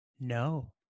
no